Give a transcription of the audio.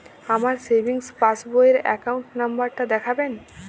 আমার সেভিংস পাসবই র অ্যাকাউন্ট নাম্বার টা দেখাবেন?